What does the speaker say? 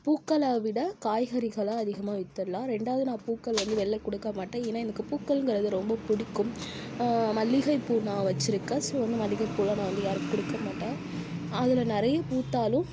பூக்களை விட காய்கறிகளை அதிகமாக வித்துடலாம் ரெண்டாவது நான் பூக்கள் வந்து வெளில கொடுக்க மாட்டேன் ஏன்னா எனக்கு பூக்கள்ங்கிறது ரொம்ப பிடிக்கும் மல்லிகை பூ நான் வைச்சிருக்கன் ஸோ வந்து மல்லிகை பூ தான் நான் வந்து யாருக்கும் கொடுக்க மாட்டேன் அதில் நிறைய பூத்தாலும்